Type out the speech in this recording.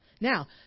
Now